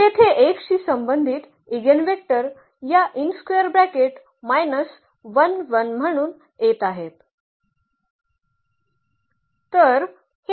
तर येथे 1 शी संबंधित ईगनवेक्टर या म्हणून येत आहेत